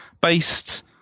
based